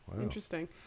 Interesting